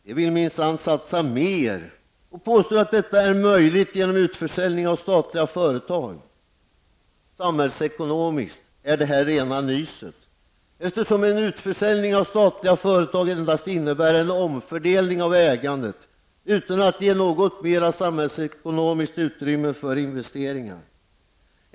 De vill minsann satsa mera och påstår att detta är möjligt genom utförsäljning av statliga företag. Samhällsekonomiskt är detta rena nyset eftersom en utförsäljning av statliga företag endast innebär en omfördelning av ägandet utan att ge något ökat samhällsekonomiskt utrymme för investeringar.